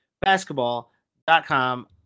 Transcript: basketball.com